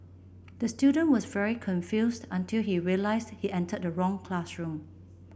the student was very confused until he realised he entered the wrong classroom